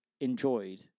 enjoyed